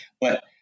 But-